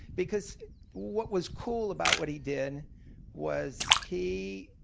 because what was cool about what he did was he